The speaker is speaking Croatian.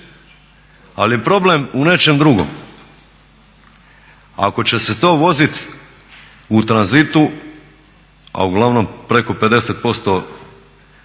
je problem u nečem drugom. Ako će se to vozit u tranzitu a uglavnom preko 50%